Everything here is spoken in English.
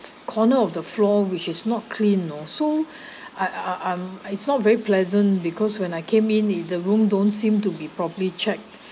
corner of the floor which is not clean you know so I I I'm it's not very pleasant because when I came in in the room don't seem to be properly checked